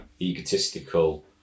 egotistical